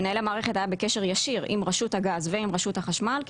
מנהל המערכת היה בקשר ישיר עם רשות הגז ועם רשות החשמל,